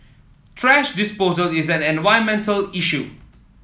thrash disposal is an environmental issue